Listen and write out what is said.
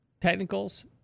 Technicals